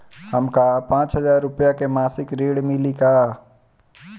हमका पांच हज़ार रूपया के मासिक ऋण मिली का?